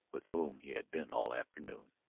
with whom he had been all afternoon.